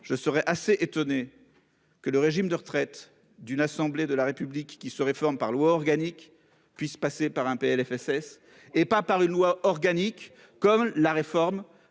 je serais assez étonné. Que le régime de retraite d'une assemblée de la République qui se réforme par loi organique puisse passer par un PLFSS et pas par une loi organique, comme la réforme